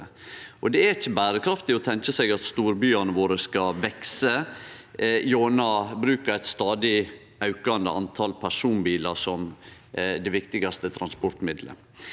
Det er ikkje berekraftig å tenkje seg at storbyane våre skal vekse gjennom bruk av eit stadig aukande antal personbilar som det viktigaste transportmiddelet.